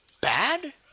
bad